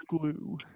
glue